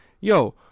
yo